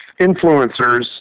influencers